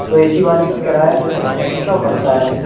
تو A C والے کا کرایہ جو ہے ایکسٹرا پڑتا ہے